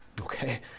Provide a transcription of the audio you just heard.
Okay